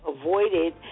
avoided